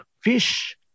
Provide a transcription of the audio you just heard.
Fish